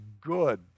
good